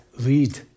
read